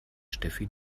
steffi